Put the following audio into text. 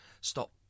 stop